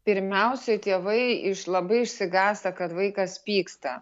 pirmiausiai tėvai iš labai išsigąsta kad vaikas pyksta